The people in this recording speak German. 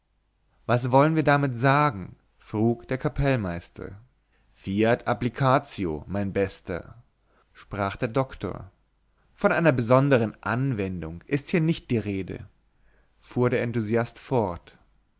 was wollen wir damit sagen frug der kapellmeister fiat applicatio mein bester sprach der doktor von einer besonderen anwendung ist hier nicht die rede fuhr der enthusiast fort